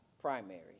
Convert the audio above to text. primary